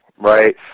right